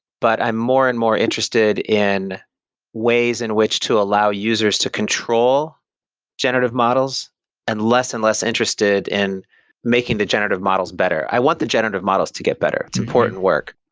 but i'm more and more interested in ways in which to allow users to control generative models and less and less interested in making the generative models better. i want the generative models to get better. it's important work.